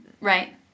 Right